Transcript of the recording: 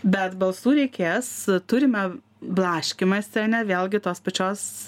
bet balsų reikės turime blaškymąsi ane vėlgi tos pačios